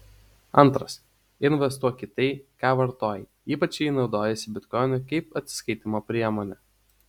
antras investuok į tai ką vartoji ypač jei naudojiesi bitkoinu kaip atsiskaitymo priemone